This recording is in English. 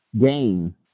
game